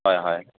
হয় হয়